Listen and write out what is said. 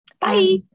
Bye